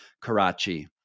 Karachi